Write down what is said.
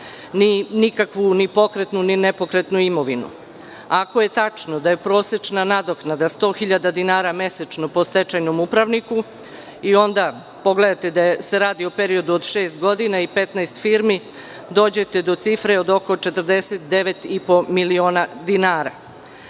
nema nikakvu ni pokretnu, ni nepokretnu imovinu? Ako je tačno da je prosečna nadoknada 100.000 dinara mesečno po stečajnom upravniku i onda pogledate da se radi o periodu od šest godina i 15 firmi, dođete do cifre od oko 49,5 miliona dinara. Da